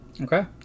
Okay